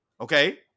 Okay